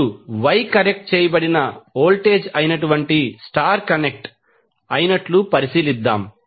ఇప్పుడు Y connect చేయబడిన voltage అయినటువంటి స్టార్ కనెక్ట్ అయినట్లు పరిశీలిద్దాం